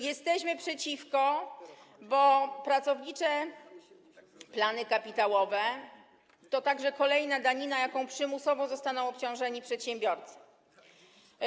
Jesteśmy przeciwko, bo Pracownicze Plany Kapitałowe to także kolejna danina, jaką przymusowo zostaną obciążeni przedsiębiorcy.